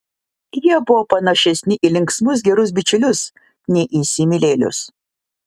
jie buvo panašesni į linksmus gerus bičiulius nei į įsimylėjėlius